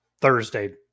Thursday